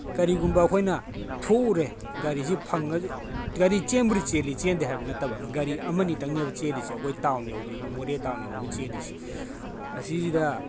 ꯀꯔꯤꯒꯨꯝꯕ ꯑꯩꯈꯣꯏꯅ ꯊꯣꯛꯎꯔꯦ ꯒꯥꯔꯤꯁꯦ ꯐꯪꯉꯁꯨ ꯒꯥꯔꯤ ꯆꯦꯟꯕꯨꯗꯤ ꯆꯦꯜꯂꯤ ꯆꯦꯟꯗꯦ ꯍꯥꯏꯕ ꯅꯠꯇꯕ ꯒꯥꯔꯤ ꯑꯃ ꯑꯅꯤꯇꯪꯅꯦꯕ ꯆꯦꯜꯂꯤꯁꯦ ꯑꯩꯈꯣꯏ ꯇꯥꯎꯟ ꯌꯧꯕꯒꯤ ꯃꯣꯔꯦ ꯇꯥꯎꯟ ꯌꯧꯅꯕ ꯆꯦꯜꯂꯤꯁꯦ ꯑꯁꯤꯁꯤꯗ